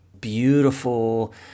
beautiful